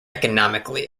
economically